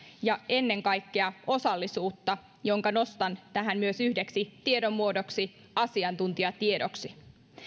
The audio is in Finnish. ja ennen kaikkea osallisuutta jonka nostan tähän myös yhdeksi tiedon muodoksi asiantuntijatiedoksi